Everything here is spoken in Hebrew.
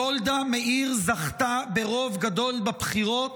גולדה מאיר זכתה ברוב גדול בבחירות